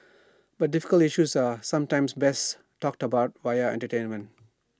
but difficult issues are sometimes best talked about via entertainment